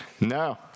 No